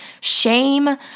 shame